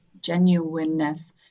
genuineness